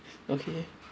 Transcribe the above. okay